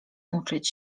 uczyć